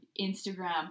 Instagram